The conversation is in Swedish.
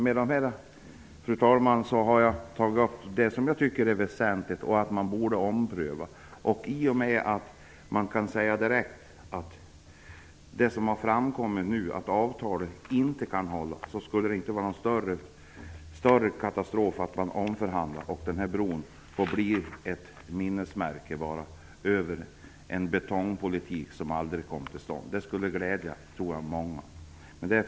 Med det här jag har tagit upp det som jag tycker är väsentligt - att man borde ompröva beslutet. I och med att man direkt kan säga att det som nu har framkommit innebär att avtalet inte kan hålla borde det inte vara någon större katastrof att man omförhandlar det och låter bron bli ett minnesmärke över en betongpolitik som aldrig kom till stånd. Det skulle glädja många, tror jag.